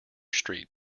street